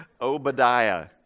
Obadiah